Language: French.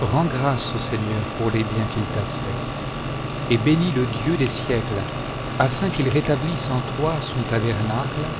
rends grâces au seigneur pour les biens qu'il t'a faits et bénis le dieu des siècles afin qu'il rétablisse en toi soc tabernacle